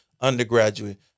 undergraduate